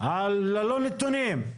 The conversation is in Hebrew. ללא נתונים.